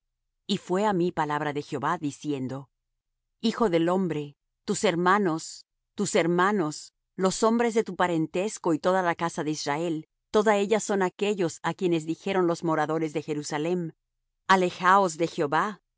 y fué á mí palabra de jehová diciendo hijo del hombre tus hermanos tus hermanos los hombres de tu parentesco y toda la casa de israel toda ella son aquellos á quienes dijeron los moradores de jerusalem alejaos de jehová